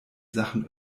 sachen